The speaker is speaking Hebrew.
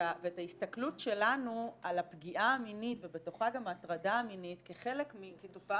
ההסתכלות שלנו על הפגיעה המינית ובתוכה גם ההטרדה המינית כתופעה